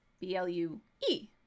B-L-U-E